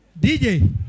DJ